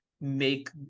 make